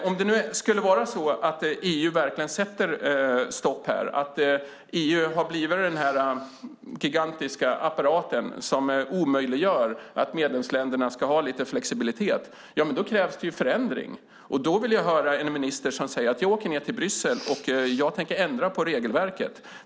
Om det skulle vara så att EU verkligen sätter stopp, att EU har blivit en gigantisk apparat som omöjliggör för medlemsländerna att ha lite flexibilitet, krävs det en förändring. Då vill jag höra en minister som säger: Jag åker ned till Bryssel och tänker ändra på regelverket.